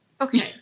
Okay